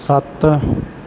ਸੱਤ